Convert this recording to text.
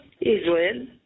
Israel